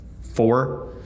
four